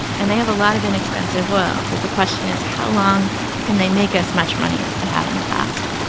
and they have a lot of inexpensive oil. but the question is, how long can they make as much money as they have in the past?